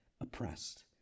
oppressed